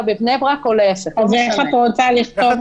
בבני-ברק או להיפך --- איך את רוצה לכתוב,